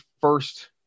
first